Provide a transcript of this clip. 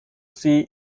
see